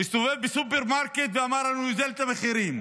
הסתובב בסופרמרקט ואומר: אני אוזיל את המחירים.